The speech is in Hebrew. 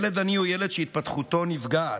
ילד עני הוא ילד שהתפתחותו נפגעת,